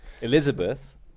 Elizabeth